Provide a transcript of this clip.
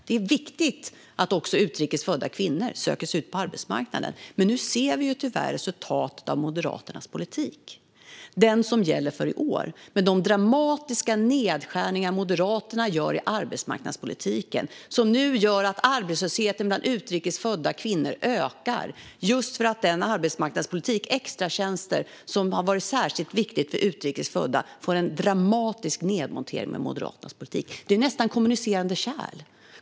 Det är viktigt att även utrikes födda kvinnor söker sig ut på arbetsmarknaden, men nu ser vi tyvärr resultatet av Moderaternas politik - den som gäller för i år - med de dramatiska nedskärningar som Moderaterna gör i arbetsmarknadspolitiken. De gör att arbetslösheten bland utrikes födda kvinnor ökar, just för att den arbetsmarknadspolitik som har varit särskilt viktig för utrikesfödda, till exempel extratjänster, får en dramatisk nedmontering med Moderaternas politik. Det är ju nästan kommunicerande kärl.